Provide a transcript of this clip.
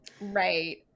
Right